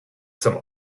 some